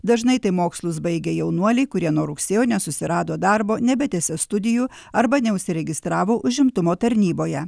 dažnai tai mokslus baigę jaunuoliai kurie nuo rugsėjo nesusirado darbo nebetęsė studijų arba neužsiregistravo užimtumo tarnyboje